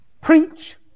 preach